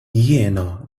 jiena